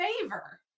favor